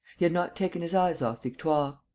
he had not taken his eyes off victoire.